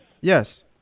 Yes